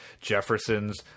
Jefferson's